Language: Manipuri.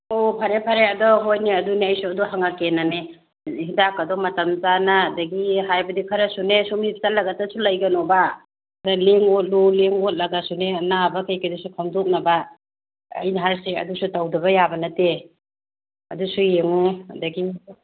ꯑꯣ ꯐꯔꯦ ꯐꯔꯦ ꯑꯗꯣ ꯍꯣꯏꯅꯦ ꯑꯗꯨꯅꯤ ꯑꯩꯁꯨ ꯍꯪꯂꯛꯀꯦꯅꯅꯤ ꯍꯤꯗꯥꯛꯀꯗꯨ ꯃꯇꯝ ꯆꯥꯅ ꯑꯗꯨꯗꯒꯤ ꯍꯥꯏꯕꯗꯤ ꯈꯔꯁꯨꯅꯦ ꯁꯨꯝ ꯍꯤꯞꯆꯠꯂꯒꯇꯁꯨ ꯂꯩꯒꯅꯣꯕ ꯈꯔ ꯂꯦꯡ ꯑꯣꯠꯂꯨ ꯂꯦꯡ ꯑꯣꯠꯂꯒꯁꯨꯅꯦ ꯑꯅꯥꯕ ꯀꯩ ꯀꯩꯗꯨꯁꯨ ꯈꯪꯗꯣꯛꯅꯕ ꯑꯩꯅ ꯍꯥꯏꯔꯤꯁꯦ ꯑꯗꯨꯁꯨ ꯇꯧꯗꯕ ꯌꯥꯕ ꯅꯠꯇꯦ ꯑꯗꯨꯁꯨ ꯌꯦꯡꯉꯨ ꯑꯗꯨꯗꯒꯤ